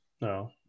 No